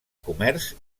comerç